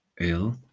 ill